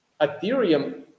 Ethereum